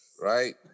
right